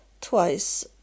twice